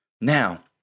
Now